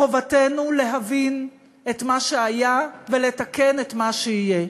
מחובתנו להבין את מה שהיה ולתקן את מה שיהיה.